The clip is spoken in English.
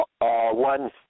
one